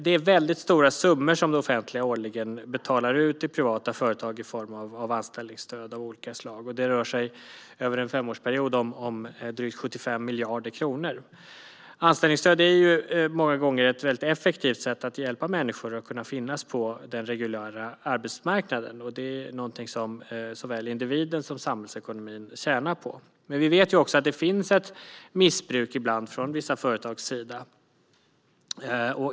Det är mycket stora summor som det offentliga årligen betalar ut till privata företag i form av anställningsstöd av olika slag. Det rör sig över en femårsperiod om drygt 75 miljarder kronor. Anställningsstöd är många gånger ett effektivt sätt att hjälpa människor att kunna finnas på den reguljära arbetsmarknaden, och det är något som såväl individen som samhällsekonomin tjänar på. Men vi vet också att det ibland sker ett missbruk från vissa företags sida.